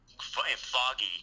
Foggy